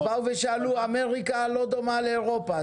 אז באו ושאלו, אמריקה לא דומה לאירופה.